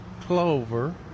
clover